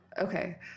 Okay